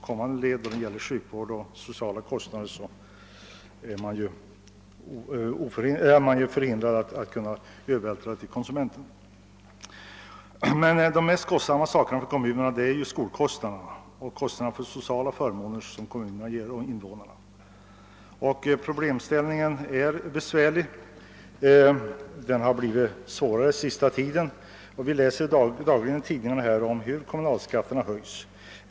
När det gäller kostnaderna för sjukvård och sociala förmåner är kommu nerna ju förhindrade att övervältra bördan på konsumenterna. De allra mest betungande utgifterna för kommunerna är de som sammanhänger med skolväsendet och de sociala förmåner som kommunerna ger sina invånare. Problemställningen är alltså besvärlig, och den har blivit allt svårare under den senaste tiden. Vi kan dagligen läsa i tidningarna om hur kommunalskatterna höjs.